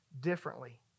differently